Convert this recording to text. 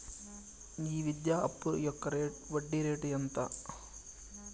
ఈ విద్యా అప్పు యొక్క వడ్డీ రేటు ఎంత?